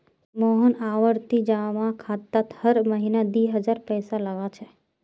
मोहन आवर्ती जमा खातात हर महीना दी हजार पैसा लगा छे